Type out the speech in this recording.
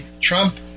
Trump